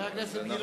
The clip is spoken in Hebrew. חבר הכנסת גילאון,